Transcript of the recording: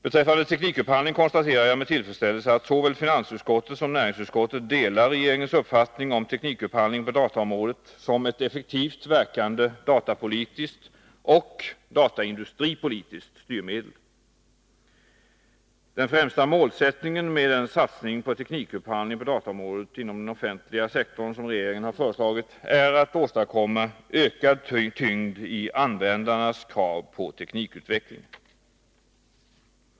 Beträffande teknikupphandling konstaterar jag med tillfredsställelse att såväl finansutskottet som näringsutskottet delar regeringens uppfattning om teknikupphandling på dataområdet som ett effektivt verkande datapolitiskt och dataindustripolitiskt styrmedel. Den främsta målsättningen med en satsning på teknikupphandling på dataområdet inom den offentliga sektorn som regeringen har föreslagit är att åstadkomma ökad tyngd i användarnas krav på teknikutvecklingen.